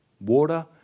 Water